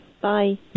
Bye